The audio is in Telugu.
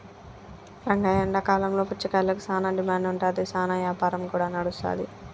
రంగయ్య ఎండాకాలంలో పుచ్చకాయలకు సానా డిమాండ్ ఉంటాది, సానా యాపారం కూడా నడుస్తాది